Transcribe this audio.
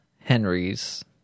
Henry's